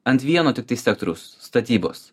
ant vieno tiktai sektoriaus statybos